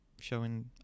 showing